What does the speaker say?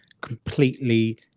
completely